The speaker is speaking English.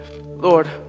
Lord